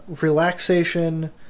relaxation